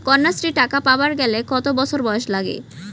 কন্যাশ্রী টাকা পাবার গেলে কতো বছর বয়স লাগে?